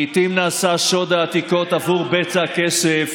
לעיתים נעשה שוד העתיקות בעבור בצע כסף.